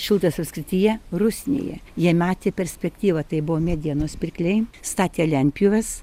šiltas apskrityje rusnėje jie matė perspektyvą tai buvo medienos pirkliai statė lentpjūves